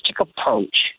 approach